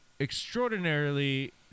extraordinarily